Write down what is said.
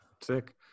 Sick